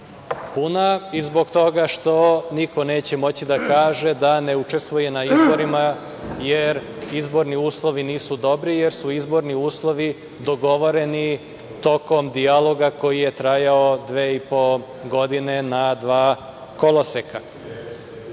puna i zbog toga što niko neće moći da kaže da ne učestvuje na izborima jer izborni uslovi nisu dobri, jer su izborni uslovi dogovoreni tokom dijaloga koji je trajao dve i po godine na dva koloseka. Možemo